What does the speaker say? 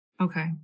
Okay